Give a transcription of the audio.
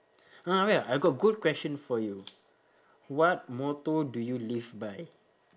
uh wait ah I got good question for you what motto do you live by